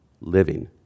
living